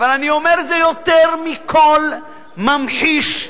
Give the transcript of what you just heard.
אני אומר שיותר מכול זה ממחיש,